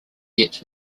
yet